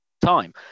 time